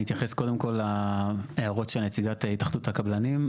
אני אתייחס קודם כול להערות של נציגת התאחדות הקבלנים.